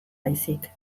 baizik